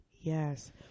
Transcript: Yes